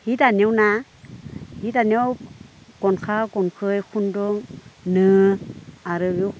हि दानायावना हि दानायाव गनखा गनखि खुन्दुं नो आरो बेव